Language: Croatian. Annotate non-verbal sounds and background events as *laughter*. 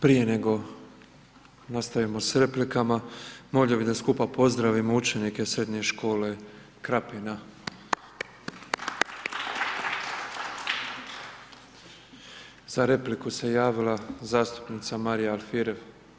Prije nego nastavimo s replikama, molimo bi da skupa pozdravimo učenike srednje škole Krapina… *applause* Za repliku se javila zastupnica Marija Alfirev.